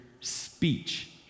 speech